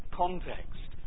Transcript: context